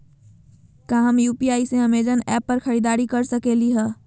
का हम यू.पी.आई से अमेजन ऐप पर खरीदारी के सकली हई?